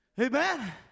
Amen